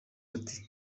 ati